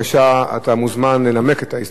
אתה מוזמן לנמק את ההסתייגויות,